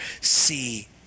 see